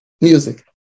music